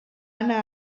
anar